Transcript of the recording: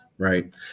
right